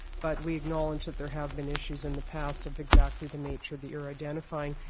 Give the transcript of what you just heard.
but we acknowledge that there have been issues in the past of exactly the nature that you're identifying.